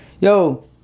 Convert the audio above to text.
yo